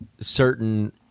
certain